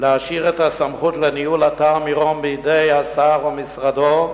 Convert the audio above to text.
להשאיר את הסמכות לניהול אתר מירון בידי השר ומשרדו,